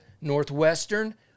Northwestern